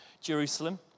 Jerusalem